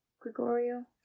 Gregorio